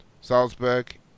Salzburg